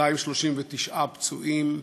239 פצועים.